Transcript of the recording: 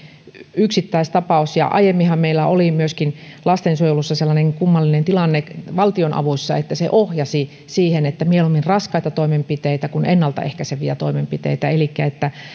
yksittäistapaus aiemminhan meillä oli lastensuojelussa myöskin sellainen kummallinen tilanne valtionavuissa että se ohjasi mieluummin raskaisiin toimenpiteisiin kuin ennaltaehkäiseviiin toimenpiteisiin elikkä